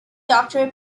doctor